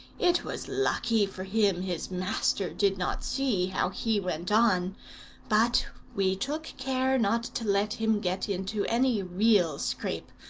it was lucky for him his master did not see how he went on but we took care not to let him get into any real scrape,